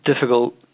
difficult